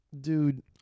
dude